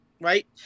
Right